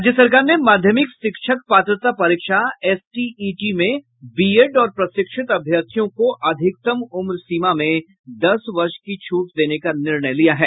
राज्य सरकार ने माध्यमिक शिक्षक पात्रता परीक्षा एसटीईटी में बीएड और प्रशिक्षित अभ्यर्थियों को अधिकतम उम्र सीमा में दस वर्ष की छूट देने का निर्णय लिया है